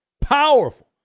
powerful